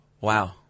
Wow